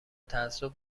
تعصب